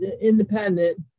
independent